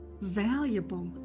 valuable